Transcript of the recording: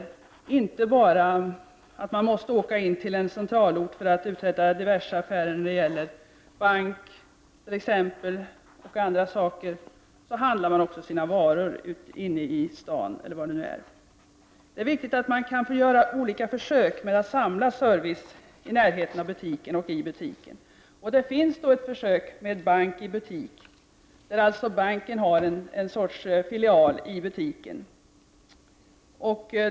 Det skall inte vara så att man måste åka in till en centralort för att uträtta diverse affä rer, t.ex. bankärenden och annat. Då kommer man också att handla sina varor inne i staden. Det är viktigt att man kan göra olika försök med att samla service i närheten av butiken och i butiken. Det finns försök med bank i butik där banken har ett slags filial i butiken.